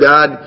God